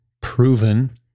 proven